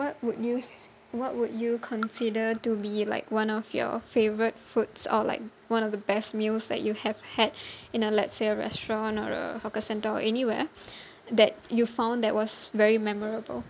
what would you s~ what would you consider to be like one of your favourite foods or like one of the best meals that you have had in a let's say a restaurant or a hawker centre or anywhere that you found that was very memorable